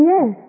Yes